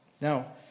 Now